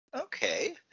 okay